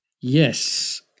Yes